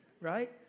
right